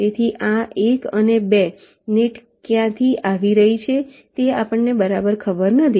તેથી આ 1 અને 2 નેટ ક્યાંથી આવી રહી છે તે આપણને બરાબર ખબર નથી